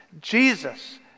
Jesus